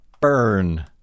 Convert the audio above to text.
burn